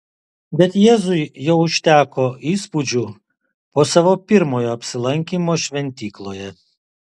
bet jėzui jau užteko įspūdžių po savo pirmojo apsilankymo šventykloje